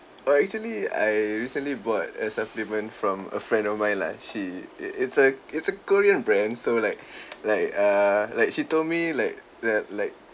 oh actually I recently bought a supplement from a friend of mine lah she it it's a it's a korean brand so like like err like she told me like that like